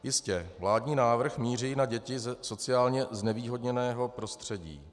Jistě, vládní návrh míří na děti ze sociálně znevýhodněného prostředí.